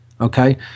Okay